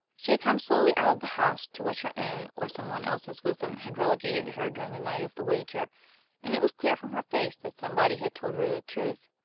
she had come slowly out of the house, to which her own or some one else's wisdom had relegated her during the night of the wager and it was clear from her face that somebody had told her the truth